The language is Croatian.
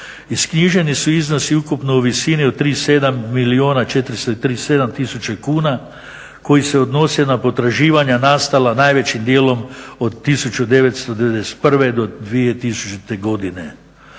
Isknjiženi su iznosi ukupno u visini od 37 milijuna 437 tisuća kuna koji se odnose na potraživanja nastala najvećim dijelom od 1991. do 2000. godine.